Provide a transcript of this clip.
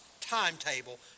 timetable